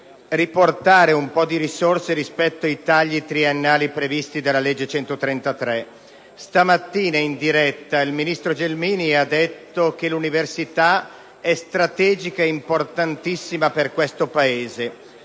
recuperare un po' di risorse rispetto ai tagli triennali previsti dalla legge n. 133 del 2008. Stamattina in diretta il ministro Gelmini ha detto che l'università è strategica e importantissima per questo Paese.